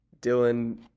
Dylan